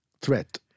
Threat